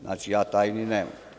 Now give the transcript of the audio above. Znači, ja tajni nemam.